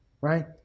right